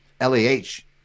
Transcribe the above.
l-a-h